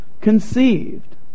conceived